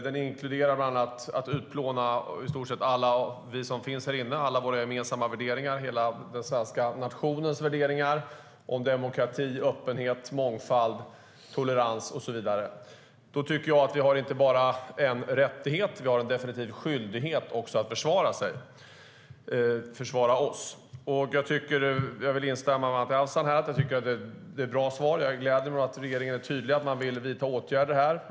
Den inkluderar bland annat att utplåna i stort sett alla som finns här inne och alla våra gemensamma värderingar - hela den svenska nationens värderingar - om demokrati, öppenhet, mångfald, tolerans och så vidare. Då tycker jag att vi har inte bara en rättighet utan en definitiv skyldighet att försvara oss. Jag vill instämma med Anti Avsan; jag tycker att det är ett bra svar. Det gläder mig att regeringen är tydlig och vill vidta åtgärder.